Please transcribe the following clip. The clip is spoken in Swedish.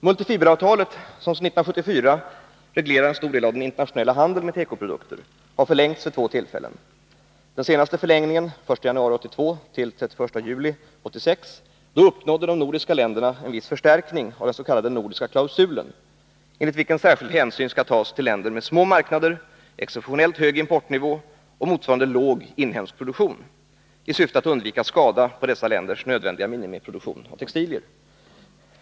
Multifiberavtalet, som sedan 1974 reglerar en stor del av den internationella handeln med tekoprodukter, har förlängts vid två tillfällen. I den senaste förlängningen, för perioden den 1 januari 1982 till den 31 juli 1986, uppnådde de nordiska länderna en viss förstärkning av den s.k. nordiska klausulen, enligt vilken särskild hänsyn skall tas till länder med små marknader, en exceptionellt hög importnivå och en motsvarande låg inhemsk produktion, i syfte att undvika skada på dessa länders nödvändiga minimiproduktion av textilier.